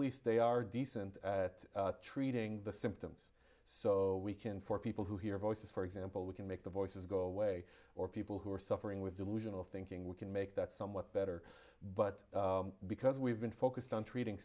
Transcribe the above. least they are decent at treating the symptoms so we can for people who hear voices for example we can make the voices go away or people who are suffering with delusional thinking we can make that somewhat better but because we've been focused on treating